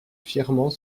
fièrement